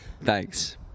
Thanks